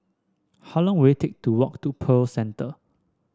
how long will it take to walk to Pearl Centre